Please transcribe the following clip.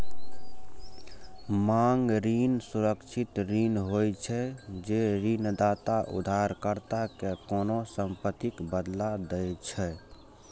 मांग ऋण सुरक्षित ऋण होइ छै, जे ऋणदाता उधारकर्ता कें कोनों संपत्तिक बदला दै छै